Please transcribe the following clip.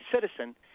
citizen